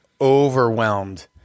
overwhelmed